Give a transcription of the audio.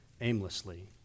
aimlessly